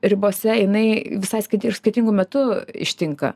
ribose jinai visai skir skirtingu metu ištinka